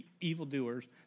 evildoers